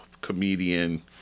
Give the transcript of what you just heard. comedian